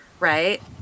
Right